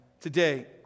today